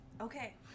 Okay